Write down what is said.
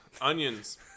onions